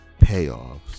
payoffs